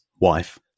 wife